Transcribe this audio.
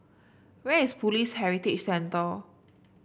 where is Police Heritage Center